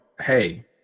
Hey